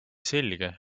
selge